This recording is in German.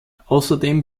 außerdem